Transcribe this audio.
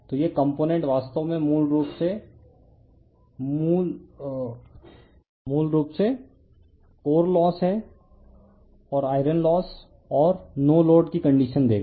तो यह कंपोनेंट वास्तव में मूल रूप से कोर लोस और आयरन लोस और नो लोड की कंडीशन देगा